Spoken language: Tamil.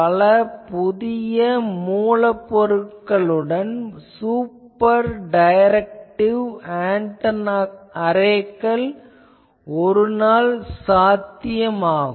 பல புதிய மூலப்பொருளுடன் சூப்பர் டைரக்டிவ் அரேக்கள் ஒருநாள் சாத்தியமாகும்